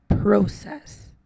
process